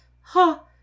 ha